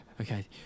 okay